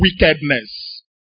wickedness